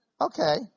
Okay